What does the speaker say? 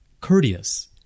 courteous